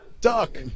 Duck